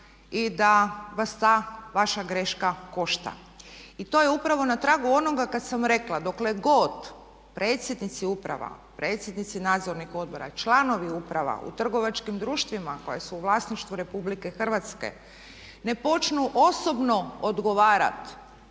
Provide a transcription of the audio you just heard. i da vas ta vaša greška košta. I to je upravo na tragu onoga kada sam rekla dokle god predsjednici uprava, predsjednici nadzornih odbora i članovi uprava u trgovačkim društvima koja su u vlasništvu Republike Hrvatske ne počnu osobno odgovarati